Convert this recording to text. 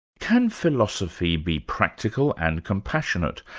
can philosophy be practical and compassionate?